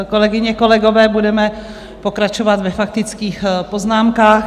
Kolegyně, kolegové, budeme pokračovat ve faktických poznámkách.